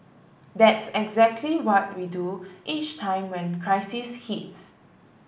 that's exactly what we do each time when crisis hits